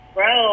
Bro